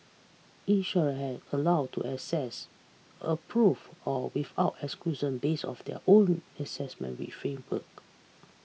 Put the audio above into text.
insurer are allowed to assess approve or without exclusion base of their own assessment framework